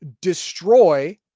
destroy